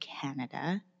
Canada